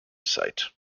site